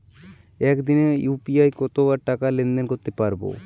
একদিনে ইউ.পি.আই কতবার টাকা লেনদেন করতে পারব?